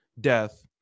death